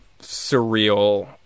surreal